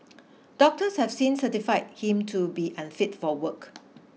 doctors have since certified him to be unfit for work